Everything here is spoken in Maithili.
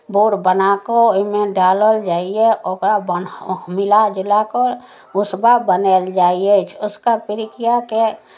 बोर बना कऽ ओहिमे डालल जाइए ओकरा बान्हय मिलाजुला कऽ भुसबा बनायल जाइ अछि उसका पिरुकिआके